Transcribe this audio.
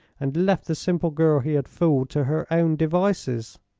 and left the simple girl he had fooled to her own devices.